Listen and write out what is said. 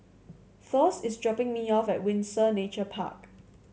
Thos is dropping me off at Windsor Nature Park